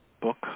book